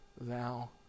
thou